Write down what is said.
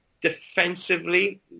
defensively